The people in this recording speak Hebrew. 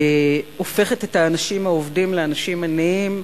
הופכת את האנשים העובדים לאנשים עניים,